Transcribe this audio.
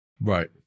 Right